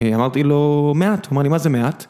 אמרתי לו מעט, הוא אמר לי מה זה מעט?